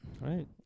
Right